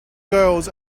girls